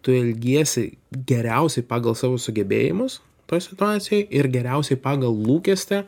tu elgiesi geriausiai pagal savo sugebėjimus toj situacijoj ir geriausiai pagal lūkestį